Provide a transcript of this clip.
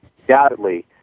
undoubtedly